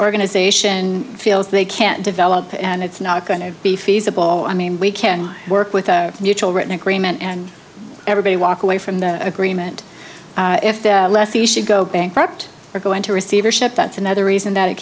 organization feels they can't develop and it's not going to be feasible i mean we can work with a mutual written agreement and everybody walk away from that agreement if the lessee should go bankrupt or go into receivership that's another reason that it